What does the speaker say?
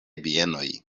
bienoj